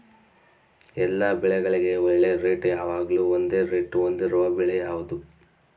ಎಲ್ಲ ಬೆಳೆಗಳಿಗೆ ಒಳ್ಳೆ ರೇಟ್ ಯಾವಾಗ್ಲೂ ಒಂದೇ ರೇಟ್ ಹೊಂದಿರುವ ಬೆಳೆ ಯಾವುದು?